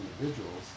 individuals